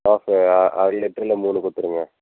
half அரை லிட்டரில் மூணு கொடுத்துருங்க